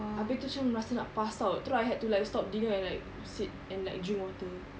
abeh tu semua masa nak pass out terus I had to like stop dinner and like sit and like drink water